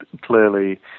clearly